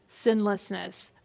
sinlessness